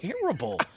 terrible